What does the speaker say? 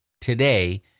today